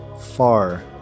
far